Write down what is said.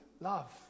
love